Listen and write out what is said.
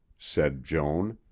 said joan.